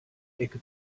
ecke